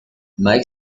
mike